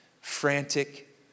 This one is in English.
frantic